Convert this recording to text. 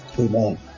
Amen